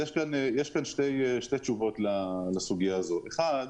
יש שתי תשובות לסוגיה זו: התשובה הראשונה